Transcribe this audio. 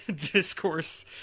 discourse